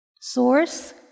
Source